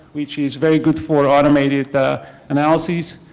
which is very good for automated analysis.